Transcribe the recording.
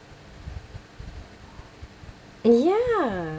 ya